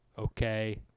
Okay